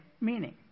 meaning